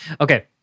Okay